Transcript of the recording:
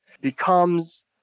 becomes